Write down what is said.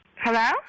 Hello